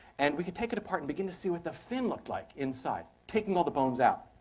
and we could take it apart and begin to see what the fin looked like inside, taking all the bones out.